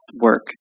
work